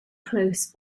close